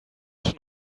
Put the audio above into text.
schon